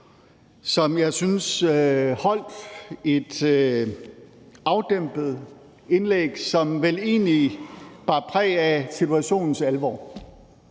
som jeg synes holdt et afdæmpet indlæg, som vel egentlig bar præg af situationens alvor.